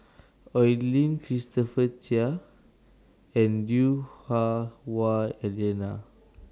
Oi Lin Christopher Chia and Lui Hah Wah Elena